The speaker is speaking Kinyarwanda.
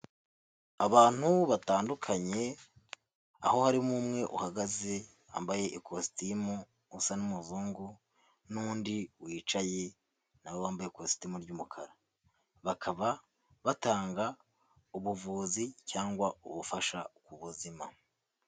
Abantu batandukanye aho harimo umwe uhagaze wambaye ikositimu usa n'umuzungu, n'undi wicaye na we wambaye ikositimu ry'umukara, bakaba batanga ubuvuzi cyangwa ubufasha ku buzima.